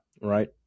right